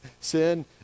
sin